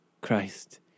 Christ